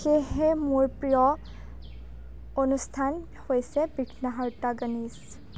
সেয়েহে মোৰ প্ৰিয় অনুষ্ঠান হৈছে বিঘ্না হৰ্তা গণেশ